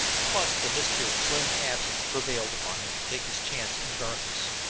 plus the mystery of slim's absence, prevailed upon him to take his chances in the darkness.